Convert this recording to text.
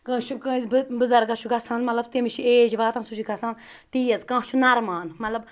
کٲنٛسہِ چھُ کٲنٛسہِ بٕزَرگَس چھُ گَژھان مَطلَب تٔمِس چھِ ایج واتان سُہ چھُ گَژھان تیز کانٛہہ چھُ نَرمان